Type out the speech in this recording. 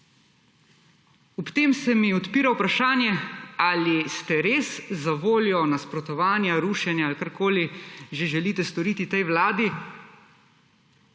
Ob tem se mi odpira vprašanje, ali boste res zavoljo nasprotovanja, rušenja ali karkoli že želite storiti tej vladi,